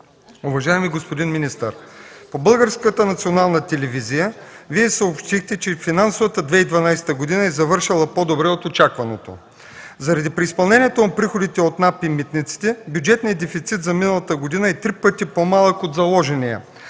Уважаеми господин министър, по Българската национална телевизия Вие съобщихте, че финансовата 2012 г. е завършила по-добре от очакваното. Заради преизпълнението на приходите от НАП и митниците бюджетният дефицит за миналата година е три пъти по-малък от заложения.